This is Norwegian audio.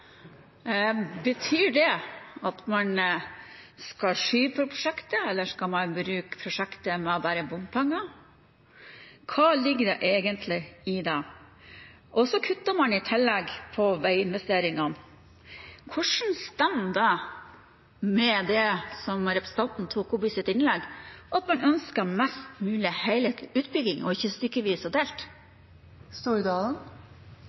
Betyr det at man skal skyve på prosjektet, eller skal man bruke prosjektet med bare bompenger? Hva ligger egentlig i det? I tillegg kutter man i veiinvesteringene. Hvordan stemmer det med det som representanten tok opp i sitt innlegg, at man ønsker mest mulig helhetlig utbygging, og ikke stykkevis og delt?